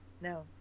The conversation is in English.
No